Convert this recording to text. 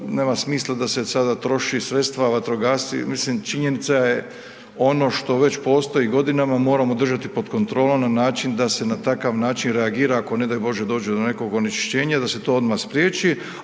nema smisla da se sada troši sredstva vatrogasci, mislim činjenica je ono što već postoji godinama moramo držati pod kontrolom na način da se na takav način reagira ako ne daj Bože dođe do nekog onečišćenja i da se to odmah spriječi,